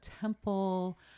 temple